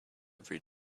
every